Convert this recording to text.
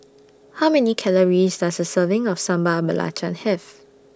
How Many Calories Does A Serving of Sambal Belacan Have